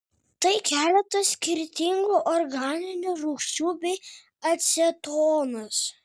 tai keletas skirtingų organinių rūgščių bei acetonas